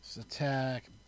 attack